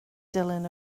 dilyn